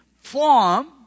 form